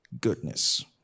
goodness